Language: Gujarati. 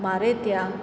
મારે ત્યાં